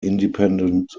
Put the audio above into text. independent